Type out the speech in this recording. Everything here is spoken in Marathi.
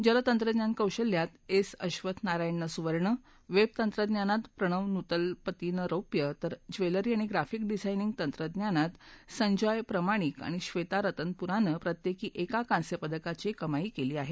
जलतंत्रज्ञान कौशल्यात एस अश्वथ नारायणने सुवर्ण वेब तंत्रज्ञानात प्रणव नुतलपतीने रजत तर ज्वेलरी अँड ग्राफिक डिझायनिंग तंत्रज्ञानात संजॉय प्रमाणिक आणि श्वेता रतनपुराने प्रत्येकी एका कांस्य पदकाची कमाई केली आहे